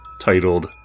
titled